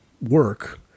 work